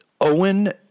Owen